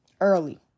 Early